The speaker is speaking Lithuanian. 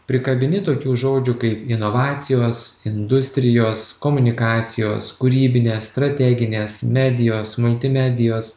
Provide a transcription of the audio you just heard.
prikabini tokių žodžių kaip inovacijos industrijos komunikacijos kūrybinės strateginės medijos multimedijos